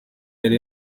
yari